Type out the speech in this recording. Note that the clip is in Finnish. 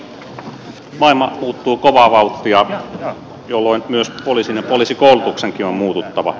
maailma muuttuu kovaa vauhtia jolloin myös poliisin ja poliisikoulutuksenkin on muututtava